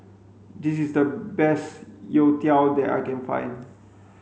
this is the best Youtiao that I can find